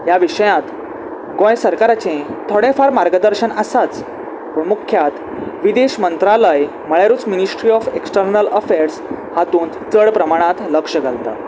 ह्या विशयांत गोंय सरकाराचें थोडें फार मार्गदर्शन आसाच पूण मुख्यात विदेश मंत्रालय म्हळ्यारूच मिनिस्ट्री ऑफ एक्स्टर्नल अफेर्स हातूंत चड प्रमाणांत लक्ष घालता